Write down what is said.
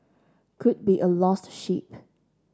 could be a lost sheep